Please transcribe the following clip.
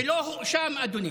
ולא הואשם, אדוני.